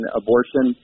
abortion